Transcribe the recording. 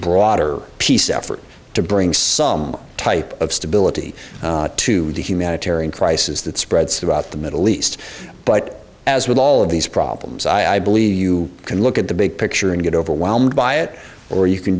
broader peace effort to bring some type of stability to the humanitarian crisis that spreads throughout the middle east but as with all of these problems i believe you can look at the big picture and get overwhelmed by it or you can